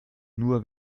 nur